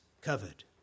covered